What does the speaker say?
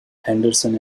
henderson